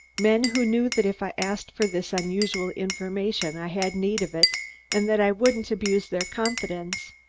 men who knew that if i asked for this unusual information, i had need of it and that i wouldn't abuse their confidence.